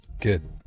good